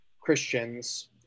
Christians